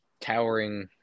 towering –